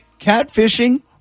catfishing